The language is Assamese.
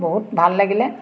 বহুত ভাল লাগিলে